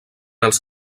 els